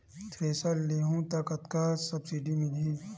Thresher लेहूं त कतका सब्सिडी मिलही?